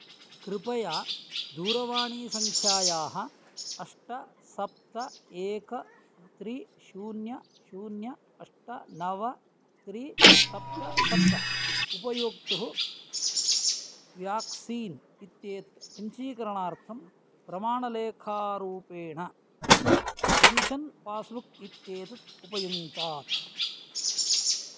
कृपया दूरवाणीसङ्ख्यायाः अष्ट सप्त एकं त्रि शून्यं शून्यम् अष्ट नव त्रि सप्त सप्त उपयोक्तुः व्याक्सीन् इत्येतत् पञ्चीकरणार्थं प्रमाणलेखारूपेण पेन्शन् पास्बुक् इत्येतत् उपयुङ्क्तात्